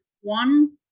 One